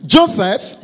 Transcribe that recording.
Joseph